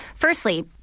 Firstly